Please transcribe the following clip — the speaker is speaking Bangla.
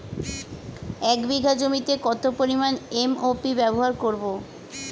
এক বিঘা জমিতে কত পরিমান এম.ও.পি ব্যবহার করব?